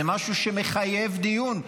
זה משהו שמחייב דיון.